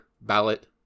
ballot